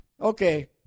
okay